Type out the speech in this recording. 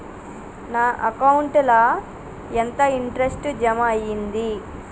నా అకౌంట్ ల ఎంత ఇంట్రెస్ట్ జమ అయ్యింది?